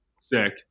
Sick